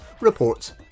reports